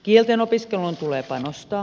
kieltenopiskeluun tulee panostaa